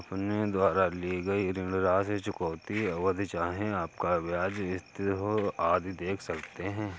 अपने द्वारा ली गई ऋण राशि, चुकौती अवधि, चाहे आपका ब्याज स्थिर हो, आदि देख सकते हैं